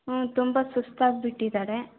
ಹ್ಞೂ ತುಂಬ ಸುಸ್ತಾಗ್ಬಿಟ್ಟಿದ್ದಾರೆ